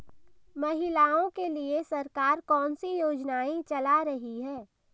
महिलाओं के लिए सरकार कौन सी योजनाएं चला रही है?